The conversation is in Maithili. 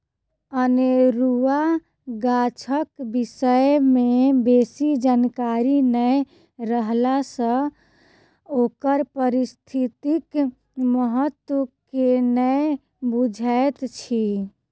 अनेरुआ गाछक विषय मे बेसी जानकारी नै रहला सँ ओकर पारिस्थितिक महत्व के नै बुझैत छी